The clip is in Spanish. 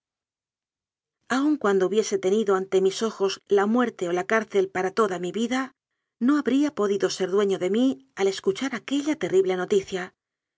aun cuando hubiese tenido ante mis ojos la muerte o la cárcel para toda mi vida no habría podido ser dueño de mí al escuchar aquella terri ble noticia